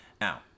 now